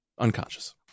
Unconscious